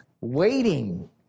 waiting